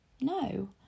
no